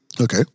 Okay